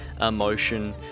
emotion